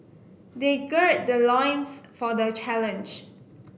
they gird their loins for the challenge